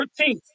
13th